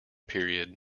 period